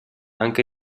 anche